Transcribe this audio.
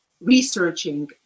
researching